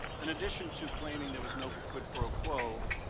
in addition to claiming there was no quid pro quo,